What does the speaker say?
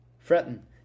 Threaten